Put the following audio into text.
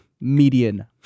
median